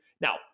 Now